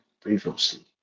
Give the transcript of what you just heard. previously